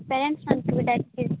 ପେରେଣ୍ଟସ୍ମାନଙ୍କୁ ବି ଡ଼ାକିକିରି